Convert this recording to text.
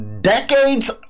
decades